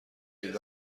دهید